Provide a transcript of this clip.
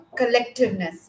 collectiveness